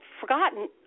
forgotten